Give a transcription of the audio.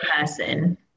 person